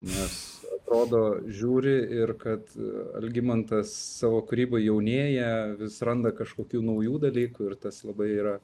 nes rodo žiūri ir kad algimantas savo kūryboj jaunėja vis randa kažkokių naujų dalykų ir tas labai yra